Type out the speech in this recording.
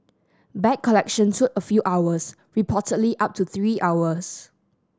bag collection took a few hours reportedly up to three hours